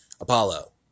Apollo